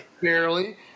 Barely